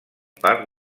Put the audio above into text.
part